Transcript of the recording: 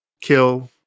kill